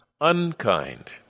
unkind